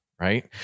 right